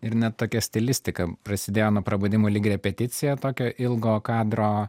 ir net tokia stilistika prasidėjo nuo prabudimo lyg repeticija tokio ilgo kadro